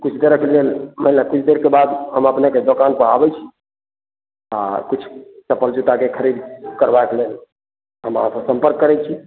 किछु देरके लेल मानि लिए किछु देरके बाद हम अपनेके दोकान पर आबै छी आ किछु चप्पल जूताके खरीद करबाक लेल हम अहाँसँ सम्पर्क करै छी